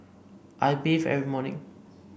I bathe every morning